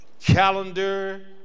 calendar